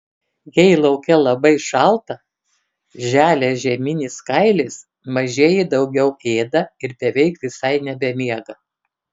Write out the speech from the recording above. jei lauke labai šalta želia žieminis kailis mažieji daugiau ėda ir beveik visai nebemiega